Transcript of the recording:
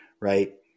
Right